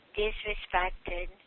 disrespected